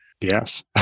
Yes